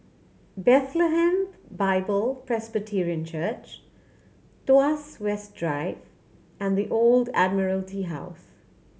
Bethlehem Bible Presbyterian Church Tuas West Drive and The Old Admiralty House